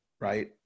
right